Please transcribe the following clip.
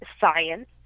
science